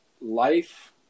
life